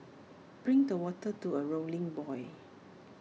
bring the water to A rolling boil